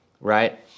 right